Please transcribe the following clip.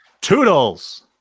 Toodles